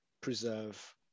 preserve